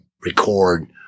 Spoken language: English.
record